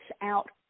out